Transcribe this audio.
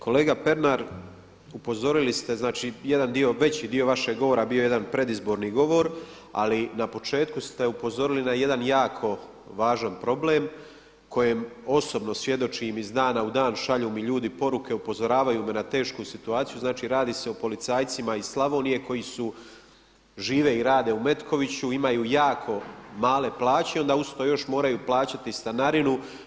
Kolega Pernar, upozorili ste jedan dio veći dio vašeg govora bio je jedan predizborni govor, ali na početku ste upozorili na jedan jako važan problem kojem osobno svjedočim iz dana u dan, šalju mi ljudi poruke, upozoravaju me na tešku situaciju, znači radi se o policajcima iz Slavonije koji su žive i rade u Metkoviću i imaju jako male plaće i onda uz to još moraju plaćati stanarinu.